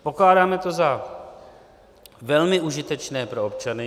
Pokládáme to za velmi užitečné pro občany.